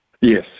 yes